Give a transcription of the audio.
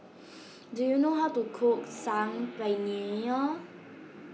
do you know how to cook Saag Paneer